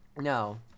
No